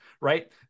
right